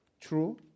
True